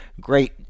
Great